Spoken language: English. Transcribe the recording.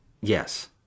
Yes